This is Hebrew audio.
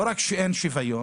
לא רק שאין שוויון,